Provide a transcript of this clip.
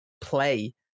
play